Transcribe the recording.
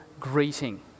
greeting